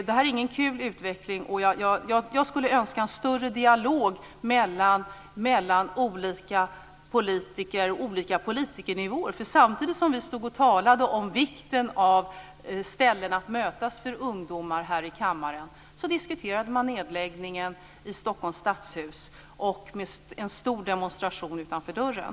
Det här är inte någon rolig utveckling, och jag skulle önska mera av dialog mellan olika politiker och olika politikernivåer. Samtidigt som vi här i kammaren talade om vikten av att det finns ställen för ungdomar att mötas på diskuterade man i Stockholms stadshus nedläggningen och hade en stor demonstration utanför dörren.